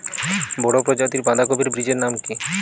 বড় প্রজাতীর বাঁধাকপির বীজের নাম কি?